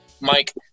Mike